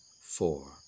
four